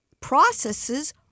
processes